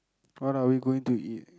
what are we going to eat